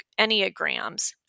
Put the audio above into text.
Enneagrams